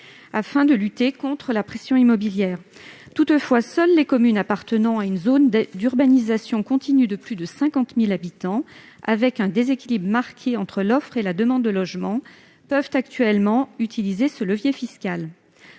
afin de lutter contre la pression immobilière. Seules les communes appartenant à une zone d'urbanisation continue de plus de 50 000 habitants avec un déséquilibre marqué entre l'offre et la demande de logements peuvent actuellement utiliser ce levier fiscal.